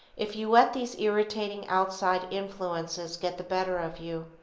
if you let these irritating outside influences get the better of you,